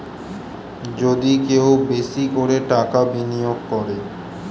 যদি কেউ বেশি করে টাকা বিনিয়োগ করে